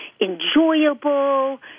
enjoyable